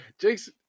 Jake's